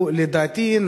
לדעתי,